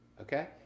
Okay